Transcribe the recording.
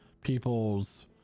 people's